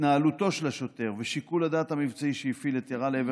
התנהלותו של השוטר ושיקול הדעת המבצעי שהפעיל עת ירה לעבר